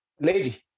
lady